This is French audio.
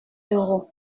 euros